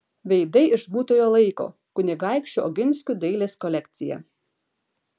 veidai iš būtojo laiko kunigaikščių oginskių dailės kolekcija